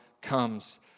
comes